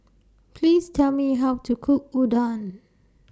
Please Tell Me How to Cook Udon